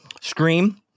Scream